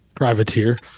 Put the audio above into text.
Privateer